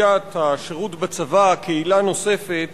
בסוגיית השירות בצבא כעילה נוספת